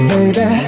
Baby